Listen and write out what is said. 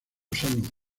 salud